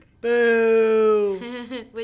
Boo